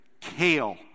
Kale